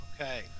Okay